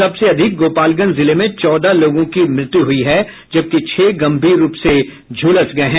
सबसे अधिक गोपालगंज जिले में चौदह लोगों की मृत्यु हुई है जबकि छह गंभीर रूप से झुलस गये हैं